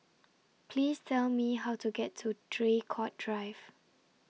Please Tell Me How to get to Draycott Drive